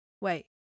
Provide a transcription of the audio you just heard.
Wait